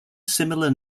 similar